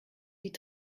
die